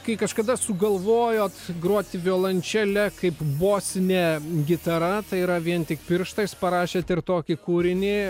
kai kažkada sugalvojot groti violončele kaip bosine gitara tai yra vien tik pirštais parašėt ir tokį kūrinį